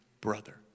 brother